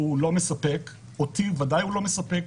הוא לא מספק; אותי ודאי הוא לא מספק,